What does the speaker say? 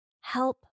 help